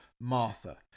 martha